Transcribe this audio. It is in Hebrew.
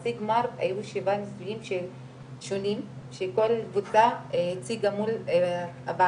בחצי גמר היו 7 ניסויים שונים שכל קבוצה הציגה מול הוועדה,